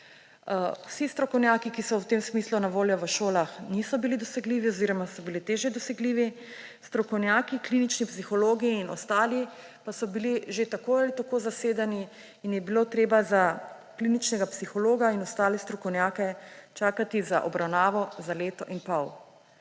Vsi strokovnjaki, ki so v tem smislu na voljo v šolah, niso bili dosegljivi oziroma so bili težje dosegljivi, strokovnjaki, klinični psihologi in ostali pa so bili že tako ali tako zasedeni in je bilo treba za kliničnega psihologa in ostale strokovnjake čakati za obravnavo za leto in pol.